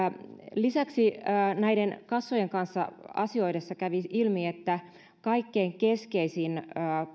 lisäksi näiden kassojen kanssa asioidessa kävi ilmi että kaikkein keskeisin